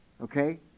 okay